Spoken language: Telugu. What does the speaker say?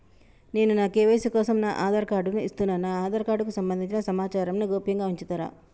నేను నా కే.వై.సీ కోసం నా ఆధార్ కార్డు ను ఇస్తున్నా నా ఆధార్ కార్డుకు సంబంధించిన సమాచారంను గోప్యంగా ఉంచుతరా?